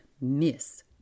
Miss